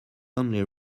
only